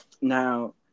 now